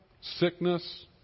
sickness